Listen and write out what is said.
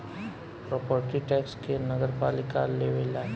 property tax के नगरपालिका लेवेला